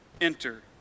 enter